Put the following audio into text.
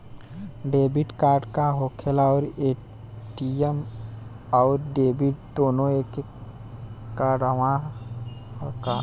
Debit card का होखेला और ए.टी.एम आउर डेबिट दुनों एके कार्डवा ह का?